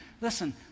Listen